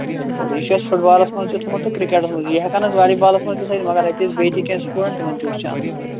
بِلکُل یہِ چھُ اَسہِ فُٹ بالَس مَنٛز تہِ تھوٚومُت تہٕ کِرکیٚٹَس مَنٛز یہِ ہیٚکون أسۍ والی بالَس مَنٛز تہِ تھٲوِتھ مگر اتہِ ٲسۍ بیٚیہِ تہِ کیٚنٛہہ سِٹوٗڈنٛٹ تِمَن تہِ اوس چانٕس دیُن